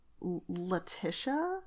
Letitia